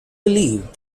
believe